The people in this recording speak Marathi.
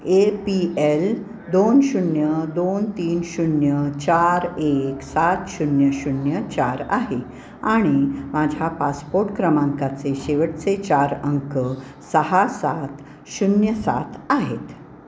ए पी एल दोन शून्य दोन तीन शून्य चार एक सात शून्य शून्य चार आहे आणि माझ्या पासपोर्ट क्रमांकाचे शेवटचे चार अंक सहा सात शून्य सात आहेत